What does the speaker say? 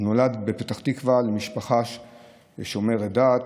הוא נולד בפתח תקווה למשפחה שומרת דת.